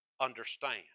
understand